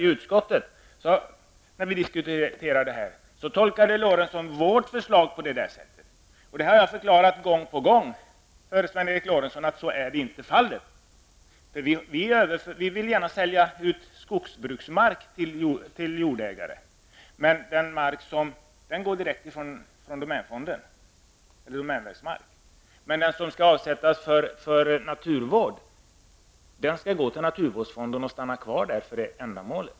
I utskottet tolkade Sven Eric Lorentzon vårt förslag på samma sätt som han nu tolkar Anders Castbergers. Jag har gång efter annan förklarat för Sven Eric Lorentzon att så inte är fallet. Vi vill gärna till jordägare sälja ut skogbruksmark som kommer direkt ifrån domänfonden och utgör domänverksmark, men den mark som är avsedd att avsättas för naturvård skall gå till naturvårdsfonden och användas för detta ändamål.